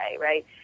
right